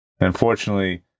unfortunately